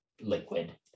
liquid